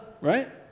right